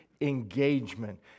engagement